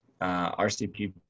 RCP